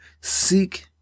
seek